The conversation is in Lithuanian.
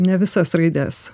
ne visas raides